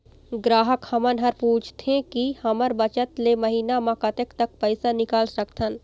ग्राहक हमन हर पूछथें की हमर बचत ले महीना मा कतेक तक पैसा निकाल सकथन?